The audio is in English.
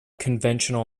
conventional